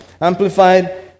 amplified